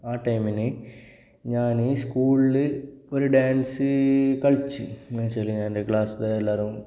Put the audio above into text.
ആ ടൈമിന് ഞാൻ സ്കൂളിൽ ഒരു ഡാൻസ് കളിച്ചു എന്നു വച്ചാൽ ഞാൻ എൻ്റെ ക്ലാസ്സിലെ എല്ലാവരും